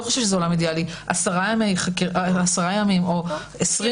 חושבת שזה עולם אידאלי עשרה ימים או עשרים